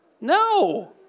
No